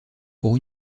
pour